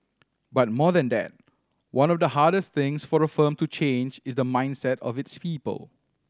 but more than that one of the hardest things for a firm to change is the mindset of its people